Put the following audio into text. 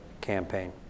campaign